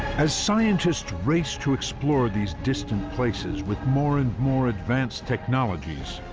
as scientists race to explore these distant places, with more and more advanced technologies,